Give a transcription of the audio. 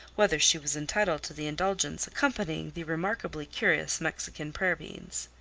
whether she was entitled to the indulgence accompanying the remarkably curious mexican prayer-beads.